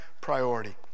priority